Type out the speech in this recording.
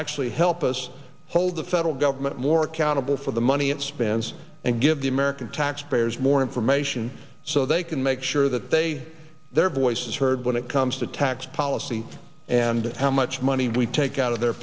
actually help us hold the federal government more accountable for the money it spends and give the american taxpayers more information so they can make sure that they are their voices heard when it comes to tax policy and how much money we take out of their